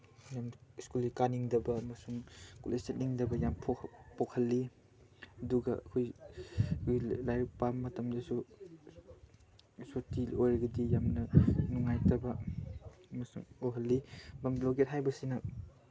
school ꯀꯥꯅꯤꯡꯗꯕ ꯑꯃꯁꯨꯡ college ꯆꯠꯅꯤꯡꯗꯕ ꯌꯥꯝ ꯄꯣꯛꯍꯜꯂꯤ ꯑꯗꯨꯒ ꯑꯩꯈꯣꯏ ꯂꯥꯏꯔꯤꯛ ꯄꯥꯕ ꯃꯇꯝꯗꯁꯨ ꯁꯨꯇꯤ ꯑꯣꯏꯔꯒꯗꯤ ꯌꯥꯝꯅ ꯅꯨꯡꯉꯥꯏꯇꯕ ꯑꯃꯁꯨꯡ ꯄꯣꯛꯍꯜꯂꯤ ꯕꯟ ꯕ꯭ꯂꯣꯀꯦꯠ ꯍꯥꯏꯕꯁꯤꯅ